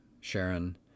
Sharon